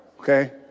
okay